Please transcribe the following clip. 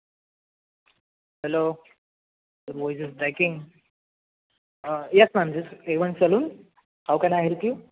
hello who is this speaking yes ma'am yes a one saloon how can I help you